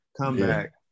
comeback